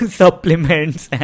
supplements